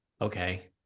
Okay